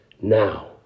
now